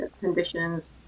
conditions